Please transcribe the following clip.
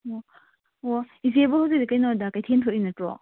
ꯑꯣ ꯑꯣ ꯏꯆꯦꯕꯨ ꯍꯧꯖꯤꯛꯁꯦ ꯀꯩꯅꯣꯗ ꯀꯩꯊꯦꯜ ꯊꯣꯛꯏ ꯅꯠꯇ꯭ꯔꯣ